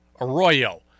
Arroyo